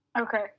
Okay